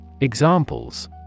Examples